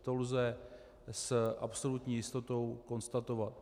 To lze s absolutní jistotou konstatovat.